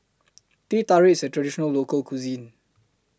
Teh Tarik IS A Traditional Local Cuisine